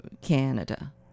Canada